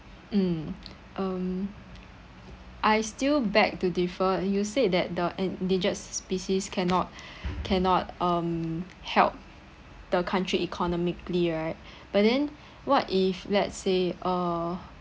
mm um I still beg to differ you said that the endangered species cannot cannot um help the country economically right but then what if let's say uh